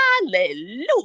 hallelujah